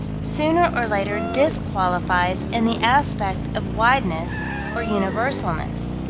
sooner or later disqualifies in the aspect of wideness or universalness.